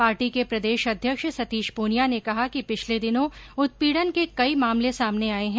party के प्रदेश अध्यक्ष सतीश प्रनिया ने कहा कि पिछले दिनो उत्पीडन के कई मामले सामने आये हैं